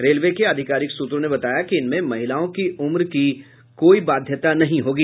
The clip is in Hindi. रेलवे के अधिकारिक सूत्रों ने बताया कि इनमें महिलाओं की उम्र की कोई बाध्यता नहीं होगी